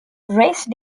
race